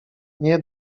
nie